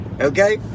Okay